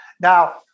Now